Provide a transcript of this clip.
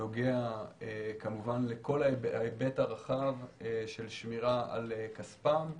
נוגע לכל ההיבט הרחב של שמירה על כספם,